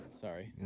sorry